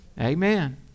Amen